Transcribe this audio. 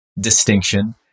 distinction